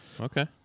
okay